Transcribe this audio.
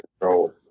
control